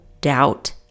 doubt